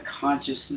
consciousness